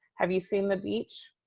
have you seen the beach?